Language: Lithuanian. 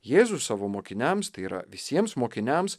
jėzus savo mokiniams tai yra visiems mokiniams